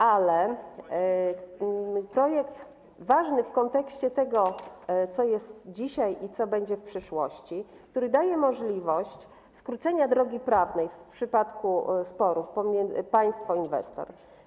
Ale projekt ważny w kontekście tego, co jest dzisiaj i co będzie w przyszłości, który daje możliwość skrócenia drogi prawnej w przypadku sporów państwo -inwestor.